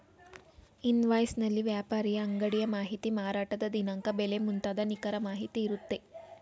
invoice ನಲ್ಲಿ ವ್ಯಾಪಾರಿಯ ಅಂಗಡಿಯ ಮಾಹಿತಿ, ಮಾರಾಟದ ದಿನಾಂಕ, ಬೆಲೆ ಮುಂತಾದ ನಿಖರ ಮಾಹಿತಿ ಇರುತ್ತೆ